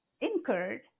incurred